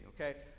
okay